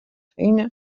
feina